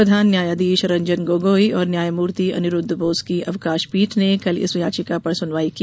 प्रधान न्यायाधीश रंजन गोगोई और न्यायमूर्ति अनिरुद्ध बोस की अवकाश पीठ ने कल इस याचिका पर सुनवाई की